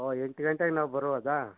ಹೋ ಎಂಟು ಗಂಟೆಗೆ ನಾವು ಬರ್ಬೋದಾ